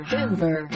Denver